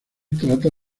trata